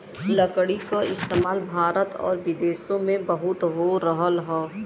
लकड़ी क इस्तेमाल भारत आउर विदेसो में बहुत हो रहल हौ